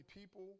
people